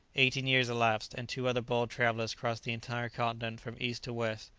eighteen years elapsed, and two other bold travellers crossed the entire continent from east to west,